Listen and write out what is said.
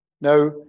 Now